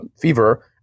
fever